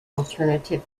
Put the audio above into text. alternative